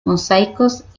mosaicos